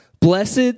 Blessed